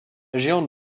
géante